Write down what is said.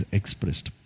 expressed